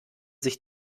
sich